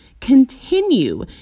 continue